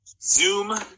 Zoom